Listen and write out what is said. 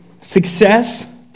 success